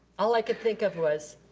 all i could think of was,